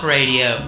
Radio